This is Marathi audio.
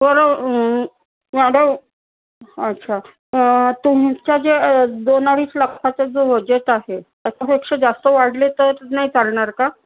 बरं मॅडम अच्छा तुमच्या जे दोन अडीच लाखाचं जो बजेट आहे त्याच्यापेक्षा जास्त वाढले तर नाही चालणार का